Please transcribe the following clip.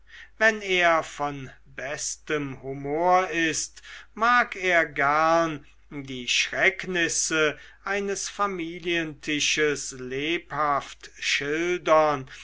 wenn er vom besten humor ist mag er gern die schrecknisse eines familientisches lebhaft schildern